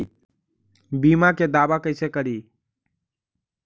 बीमा के दावा कैसे करी?